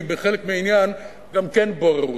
הוא בחלק מהעניין גם כן בוררות.